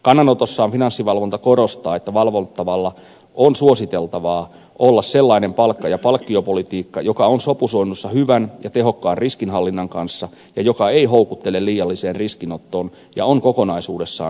kannanotossaan finanssivalvonta korostaa että valvottavalla on suositeltavaa olla sellainen palkka ja palkkiopolitiikka joka on sopusoinnussa hyvän ja tehokkaan riskinhallinnan kanssa ja joka ei houkuttele liialliseen riskinottoon ja on kokonaisuudessaan kohtuullista